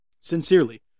Sincerely